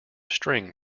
string